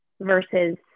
versus